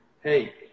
hey